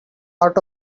out